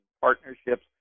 partnerships